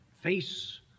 face